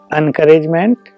encouragement